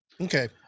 Okay